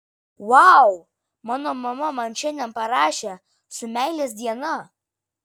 vau mano mama man šiandien parašė su meilės diena